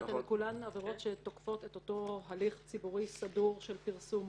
הן כולן עבירות שתוקפות את אותו הליך ציבורי סדור של פרסום מודעות.